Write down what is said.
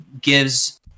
gives